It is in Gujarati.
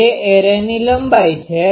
તે એરેની લંબાઈ છે